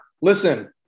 listen